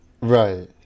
Right